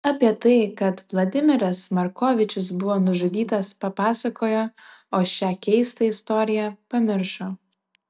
apie tai kad vladimiras markovičius buvo nužudytas papasakojo o šią keistą istoriją pamiršo